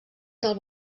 del